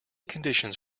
conditions